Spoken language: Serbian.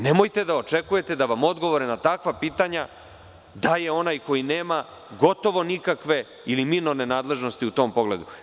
Nemojte da očekujete da vam odgovore na takva pitanja daje onaj koji nema gotovo nikakve ili minorne nadležnosti u tom pogledu.